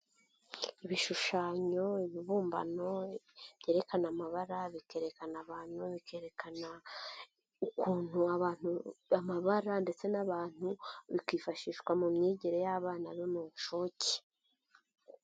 Ibishushanyo, ibibumbano byerekana amabara, bikerekana abantu, bikerekana ukuntu abantu bababara ndetse n'abantu, bikifashishwa mu myigire y'abana bo mu nshuke.